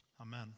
Amen